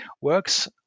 works